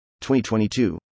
2022